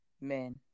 Men